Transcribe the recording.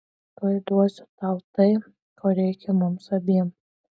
tuoj duosiu tau tai ko reikia mums abiem